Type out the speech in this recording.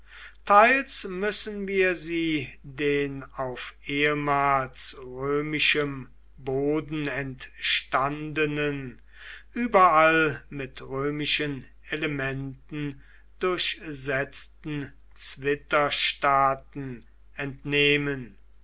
teils müssen wir sie den auf ehemals römischem boden entstandenen überall mit römischen elementen durchsetzten zwitterstaaten entnehmen